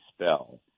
spell